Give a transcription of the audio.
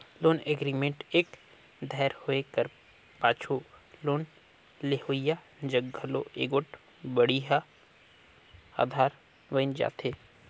loan agreement एक धाएर होए कर पाछू लोन लेहोइया जग घलो एगोट बड़िहा अधार बइन जाथे